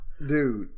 Dude